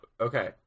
okay